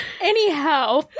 Anyhow